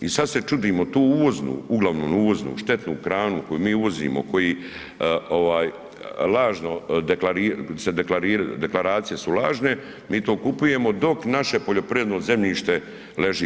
I sad se čudimo, tu uvoznu, uglavnom uvoznu, štetnu hranu koju mi uvozimo, koji lažno se deklariraju, deklaracije su lažne, mi to kupujemo dok naši poljoprivredno zemljište leži.